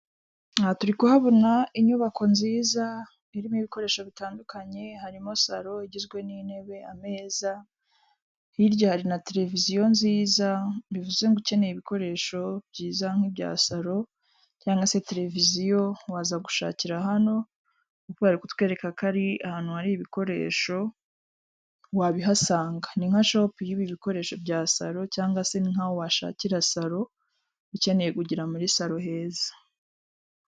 Aha turi kuhabona inyubako nziza irimo ibikoresho bitandukanye harimo salo igizwe n'intebe ameza hirya hari na televiziyo nziza bivuze ngo ukeneye ibikoresho byiza nk'ibya salo cyangwa se televiziyo waza gushakira hano, kubera kutwereka ko ari ahantu hari ibikoresho wabihasanga ni nka shopu y'ibi bikoresho bya salo cyangwa se nkaho washakira salo, ukeneye kugira muri salo heza.